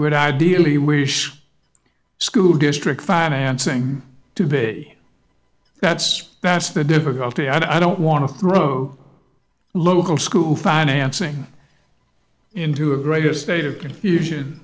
would ideally wish school district financing to be that's that's the difficulty i don't want to throw local school financing into a greater state of confusion